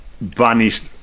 banished